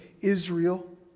Israel